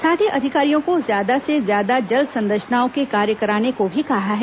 साथ ही अधिकारियों को ज्यादा से ज्यादा जल संरचनाओं के कार्य कराने को भी कहा है